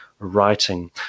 writing